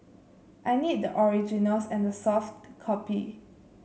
I need the originals and the soft copy